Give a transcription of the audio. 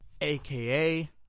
aka